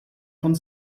von